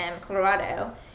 Colorado